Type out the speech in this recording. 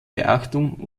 beachtung